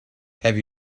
have